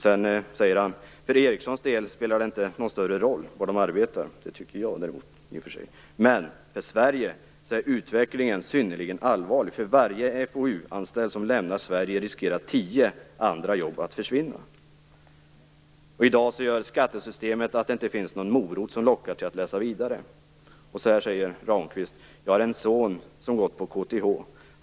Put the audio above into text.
Sedan säger han: "För Ericsson spelar det inte någon större roll var de arbetar" - det tycker däremot jag - "men för Sverige är utvecklingen synnerligen allvarlig. För varje FoU-anställd som lämnar Sverige riskerar tio andra jobb att försvinna. I dag gör skattesystemet att det inte finns någon morot som lockar till att läsa vidare." Ramqvist säger också: "Jag har en son som gått på KTH.